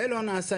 זה לא נעשה,